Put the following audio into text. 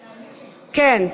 כן,